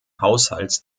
haushalts